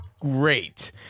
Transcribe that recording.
Great